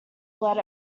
let